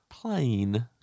Plain